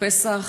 פסח,